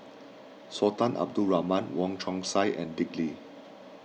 Sultan Abdul Rahman Wong Chong Sai and Dick Lee